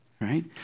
right